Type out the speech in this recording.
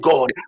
God